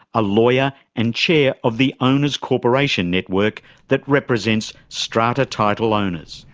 a lawyer and chair of the owners corporation network that represents strata title owners.